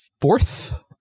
fourth